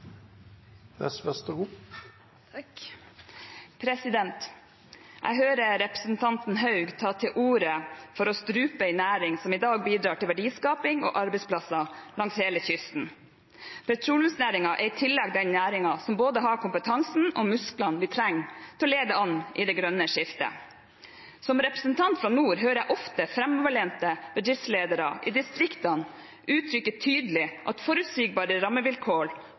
å strupe en næring som i dag bidrar til verdiskaping og arbeidsplasser langs hele kysten. Petroleumsnæringen er i tillegg den næringen som har både kompetansen og musklene vi trenger for å lede an i det grønne skiftet. Som representant fra nord hører jeg ofte framoverlente bedriftsledere i distriktene uttrykke tydelig at forutsigbare rammevilkår